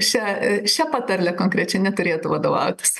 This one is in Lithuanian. šia šia patarle konkrečiai neturėtų vadovautis